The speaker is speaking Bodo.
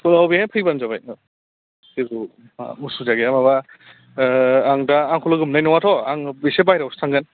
स्कुलाव बेहाय फैबानो जाबाय जेबो उसुबिदा गैया माबा आं दा आंखौ लोगो मोन्नाय नङाथ' आं एसे बाहेरायावसो थांगोन